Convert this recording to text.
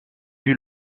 fut